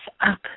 up